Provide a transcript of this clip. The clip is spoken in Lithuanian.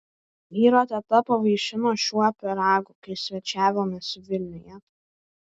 vyro teta pavaišino šiuo pyragu kai svečiavomės vilniuje